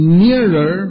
nearer